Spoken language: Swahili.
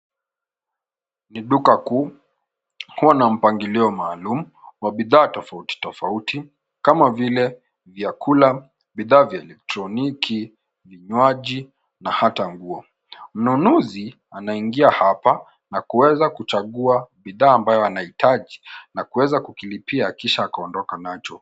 Ni duka kuu kuwa na mpangilio maalum wa bidhaa tofauti tofauti kama vile vyakula, bidhaa vya elektronoki, vinywaji na hata nguo. Mnunuzi anaingia hapa na kuweza kuchagua bidhaa ambayo anahitaji na kuweza kukilipia kisha kuondoka nacho.